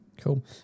cool